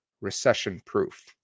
recession-proof